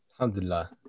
Alhamdulillah